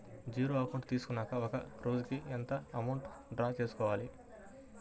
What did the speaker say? Zero account తీసుకున్నాక ఒక రోజుకి ఎంత అమౌంట్ డ్రా చేసుకోవాలి?